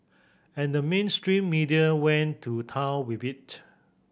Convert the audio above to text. and the mainstream media went to town with it